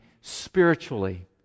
spiritually